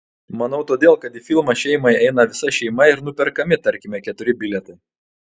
manau todėl kad į filmą šeimai eina visa šeima ir nuperkami tarkime keturi bilietai